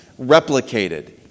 replicated